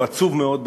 או עצוב מאוד,